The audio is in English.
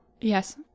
Yes